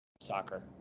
soccer